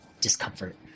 discomfort